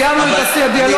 סיימנו את הדיאלוג,